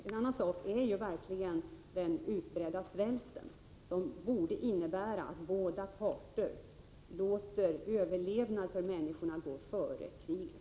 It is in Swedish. En annan är den utbredda svälten, som borde leda till att båda parter låter människors överlevnad gå före kriget.